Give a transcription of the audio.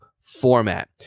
format